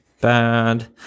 bad